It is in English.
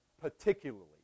Particularly